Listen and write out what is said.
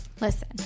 Listen